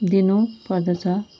दिनु पर्दछ